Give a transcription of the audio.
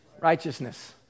righteousness